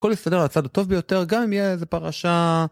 הכל מסתדר על הצד הטוב ביותר גם אם יהיה איזה פרשה.